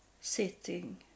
sitting